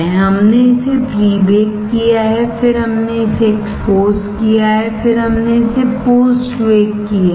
हमने इसे pre bake किया है फिर हमने इसे एक्सपोज किया है फिर हमने इसे पोस्ट बेक किया है